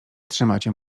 trzymacie